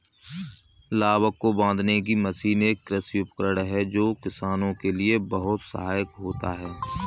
लावक को बांधने की मशीन एक कृषि उपकरण है जो किसानों के लिए बहुत सहायक होता है